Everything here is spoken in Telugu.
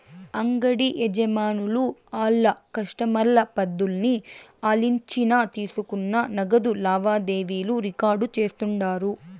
అంగిడి యజమానులు ఆళ్ల కస్టమర్ల పద్దుల్ని ఆలిచ్చిన తీసుకున్న నగదు లావాదేవీలు రికార్డు చేస్తుండారు